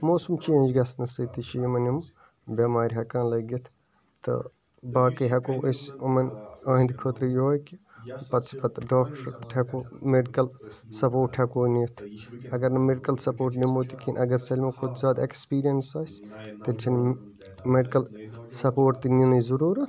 موسَم چینٛج گَژھنہٕ سٕتۍ تہِ چھِ یِمَن یِم بیٚمارِ ہیٚکان لَگِتھ تہٕ باقٕے ہیٚکو أسۍ یمَن یہنٛدِ خٲطرٕ یہوے کہِ پَتہٕ چھِ پَتہٕ ڈاکٹر تہِ ہیٚکو میٚڈِکٕل سَپورٹ ہیٚکو نِتھ اَگَر نہٕ میٚڈکٕل سَپورٹ نِمو تہِ کِہیٖنۍ اَگَر سٲلمو کھۄتہٕ زیادٕ ایٚکٕسپیٖرِیَنٕس آسہِ تیٚلہِ چھَنہٕ یِمَن میٚڈِکٕل سَپورٹ تہِ نِنٕچۍ ضروٗرَت